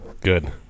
Good